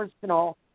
personal